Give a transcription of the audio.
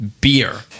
beer